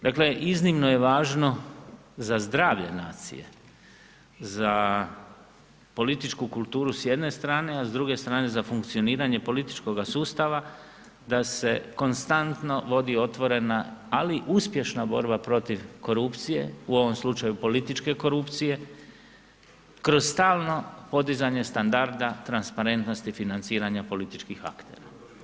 Dakle iznimno je važno za zdravlje nacije, za politički kulturu s jedne strane a s druge strane za funkcioniranje političkoga sustava da se konstantno vodi otvorena ali uspješna borba protiv korupcije, u ovom slučaju političke korupcije kroz stalno podizanje standarda transparentnosti financiranja političkih aktera.